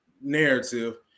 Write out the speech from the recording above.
narrative